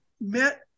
met